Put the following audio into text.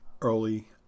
early